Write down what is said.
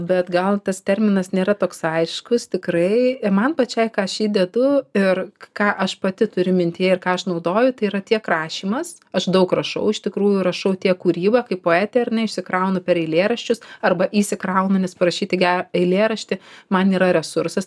bet gal tas terminas nėra toks aiškus tikrai ir man pačiai ką aš įdedu ir ką aš pati turi mintyje ir ką aš naudoju tai yra tiek rašymas aš daug rašau iš tikrųjų rašau tiek kūryba kaip poetė ar ne išsikraunu per eilėraščius arba įsikraunu nes parašyti gerą eilėraštį man yra resursas